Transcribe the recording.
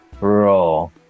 roll